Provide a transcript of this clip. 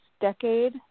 decade